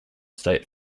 state